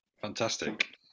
fantastic